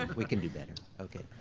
like we can do better. okay.